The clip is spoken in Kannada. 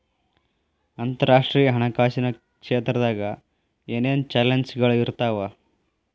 ಅಂತರರಾಷ್ಟ್ರೇಯ ಹಣಕಾಸಿನ್ ಕ್ಷೇತ್ರದಾಗ ಏನೇನ್ ಚಾಲೆಂಜಸ್ಗಳ ಇರ್ತಾವ